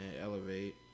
elevate